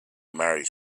marry